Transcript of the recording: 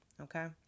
Okay